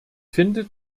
finde